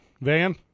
Van